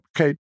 okay